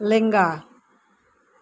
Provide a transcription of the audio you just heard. ᱞᱮᱝᱜᱟ